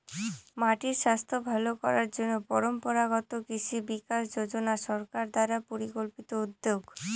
মাটির স্বাস্থ্য ভালো করার জন্য পরম্পরাগত কৃষি বিকাশ যোজনা সরকার দ্বারা পরিকল্পিত উদ্যোগ